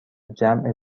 جمع